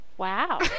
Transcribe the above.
wow